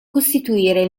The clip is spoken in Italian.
costituire